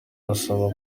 asaba